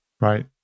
right